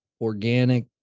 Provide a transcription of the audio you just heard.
organic